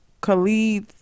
Khalid